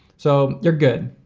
so you're good.